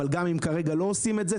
אבל גם אם כרגע לא עושים את זה,